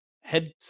head